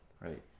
Right